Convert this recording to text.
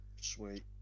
Sweet